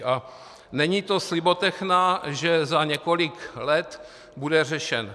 A není to slibotechna, že za několik let bude řešen.